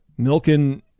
Milken